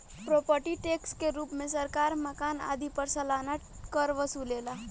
property tax के रूप में सरकार मकान आदि पर सालाना कर वसुलेला